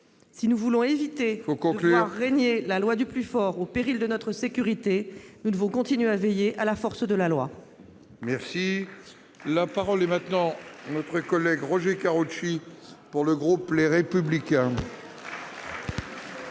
Si nous voulons éviter de voir régner la loi du plus fort au péril de notre sécurité, nous devons continuer à veiller à la force de la loi. La parole est à M. Roger Karoutchi, pour le groupe Les Républicains.